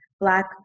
black